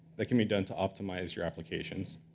that can be done to optimize your applications.